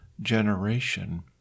generation